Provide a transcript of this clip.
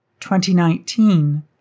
2019